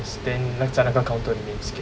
scan like 在那个 counter 里面 scan